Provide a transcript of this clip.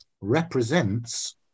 represents